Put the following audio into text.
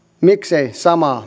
miksei samaa